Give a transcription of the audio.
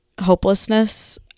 hopelessness